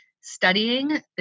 studying